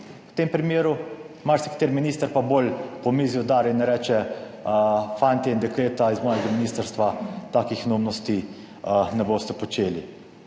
v tem primeru, marsikateri minister pa bolj po mizi udar in reče, fantje in dekleta iz mojega ministrstva takih neumnosti ne boste počeli.